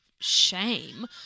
shame